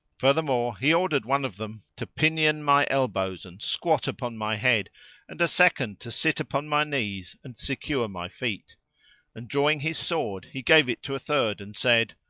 furthermore, he ordered one of them to pinion my elbows and squat upon my head and a second to sit upon my knees and secure my feet and drawing his sword he gave it to a third and said,